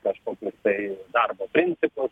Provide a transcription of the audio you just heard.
kažkokius tai darbo principus